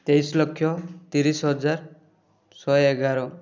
ତେଇଶ ଲକ୍ଷ ତିରିଶ ହଜାର ଶହେ ଏଗାର